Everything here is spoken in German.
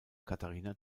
katharina